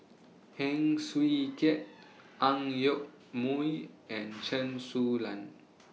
Heng Swee Keat Ang Yoke Mooi and Chen Su Lan